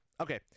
Okay